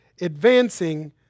advancing